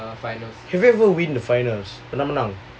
have you ever win the finals pernah menang